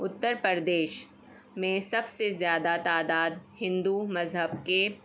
اتر پردیش میں سب سے زیادہ تعداد ہندو مذہب کے